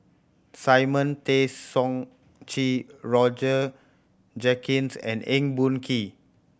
Simon Tay Seong Chee Roger Jenkins and Eng Boh Kee